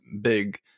big